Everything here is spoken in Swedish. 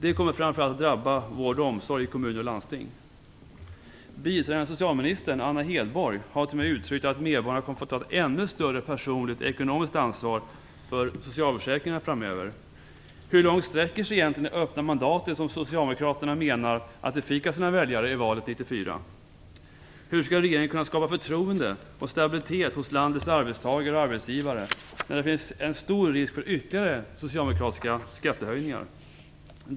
Det kommer framför allt att drabba vård och omsorg i kommuner och landsting. Biträdande socialministern Anna Hedborg har t.o.m. uttryckt att medborgarna kommer att få ta ett ännu större personligt ekonomiskt ansvar för socialförsäkringarna framöver. Hur långt sträcker sig egentligen det öppna mandatet som socialdemokraterna menar att de fick av sina väljare i valet 1994? Hur skall regeringen kunna skapa förtroende och stabilitet hos landets arbetstagare och arbetsgivare när det finns en stor risk för ytterligare socialdemokratiska skattehöjningar?